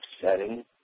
setting